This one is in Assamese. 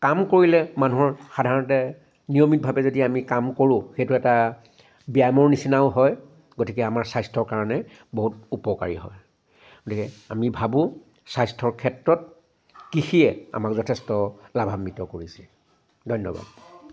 কাম কৰিলে মানুহৰ সাধাৰণতে নিয়মিতভৱে যদি আমি কাম কৰো সেইটো এটা ব্যয়ামৰ নিচিনাও হয় গতিকে আমাৰ স্বাস্থ্যৰ কাৰণে বহুত উপকাৰী হয় গতিকে আমি ভাবো স্বাস্থ্যৰ ক্ষেত্ৰত কৃষিয়ে আমাক যথেষ্ট লাভান্বিত কৰিছে ধন্যবাদ